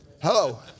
Hello